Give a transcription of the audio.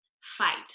fight